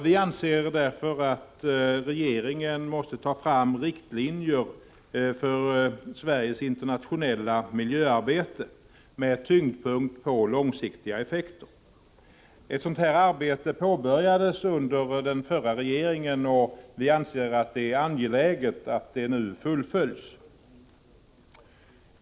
Vi anser därför att regeringen måste ta fram riktlinjer för Sveriges internationella miljöarbete, med tyngdpunkt på långsiktiga effekter. Ett sådant arbete påbörjades under den förra regeringen, och vi anser att det är angeläget att det nu fullföljs.